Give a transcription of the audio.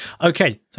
Okay